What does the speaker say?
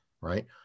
right